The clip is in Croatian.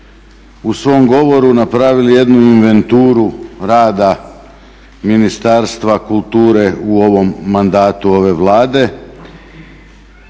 u svom govoru napravili jednu inventuru rada Ministarstva kulture u ovom mandatu ove Vlade